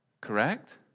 Correct